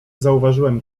zauważyłem